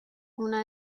una